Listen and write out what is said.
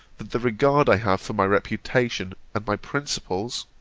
that the regard i have for my reputation, and my principles,